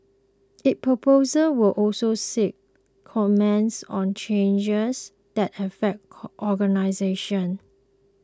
its proposals will also seek comments on changes that affect organisations